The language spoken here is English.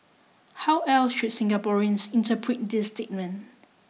how else should Singaporeans interpret this statement